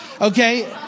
Okay